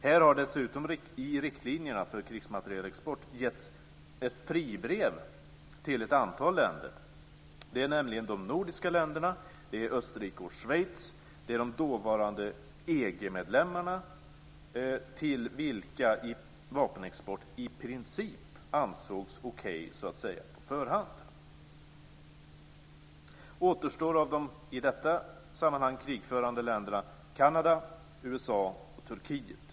Här har dessutom riktlinjerna till krigsmaterielexport getts ett fribrev till ett antal länder, nämligen de nordiska länderna, Österrike och Schweiz samt de dåvarande EG-medlemmarna, till vilka vapenexport "i princip" ansågs vara okej så att säga på förhand. Återstår av de i detta sammanhang krigförande länderna Kanada, USA och Turkiet.